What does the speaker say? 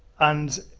and